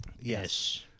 Yes